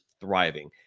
thriving